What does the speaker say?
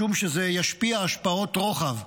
משום שזה ישפיע השפעות רוחב.